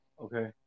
Okay